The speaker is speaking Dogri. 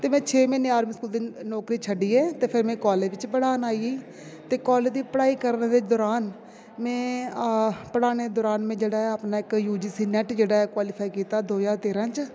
ते में छे म्हीने आर्मी स्कूल दी नौकरी छड्डियै ते फिर में कॉलेज बिच पढ़ान आई ते कॉलेज दी पढ़ाई करने दे दौरान में पढ़ाने दौरान में जेह्ड़ा अपना इक यू जी सी नेट जेह्ड़ा ऐ क्वालीफाई कीता दो ज्हार तेरां च